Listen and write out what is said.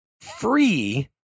free